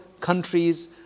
countries